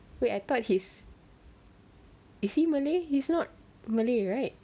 wait I thought he is is he malay he's not malay right